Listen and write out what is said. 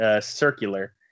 Circular